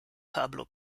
pablo